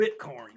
Bitcoin